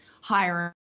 hiring